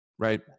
Right